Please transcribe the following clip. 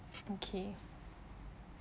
okay